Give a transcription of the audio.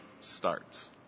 starts